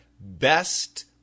best